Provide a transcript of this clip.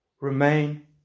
remain